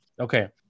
okay